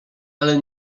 ale